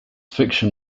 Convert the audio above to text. fiction